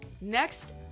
next